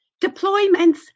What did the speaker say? deployments